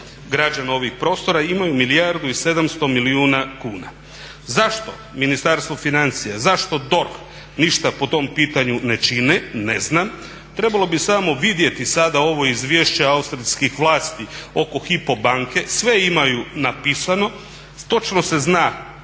građana ovih prostora, imaju milijardu i 700 milijuna kuna. Zašto Ministarstvo financija, zašto DORH ništa po tom pitanju ne čine ne znam. Trebalo bi samo vidjeti sada ovo izvješće austrijskih vlasti oko Hypo banke, sve imaju napisano, točno se zna